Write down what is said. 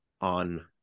on